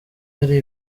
hari